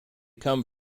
come